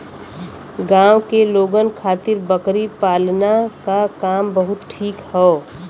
गांव के लोगन खातिर बकरी पालना क काम बहुते ठीक हौ